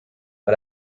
but